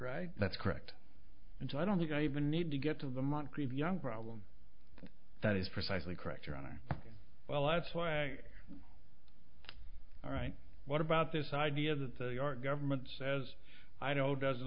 right that's correct and so i don't think i even need to get to the moncrief young problem that is precisely correct your honor well that's why all right what about this idea that the government says i know doesn't